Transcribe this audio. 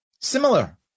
similar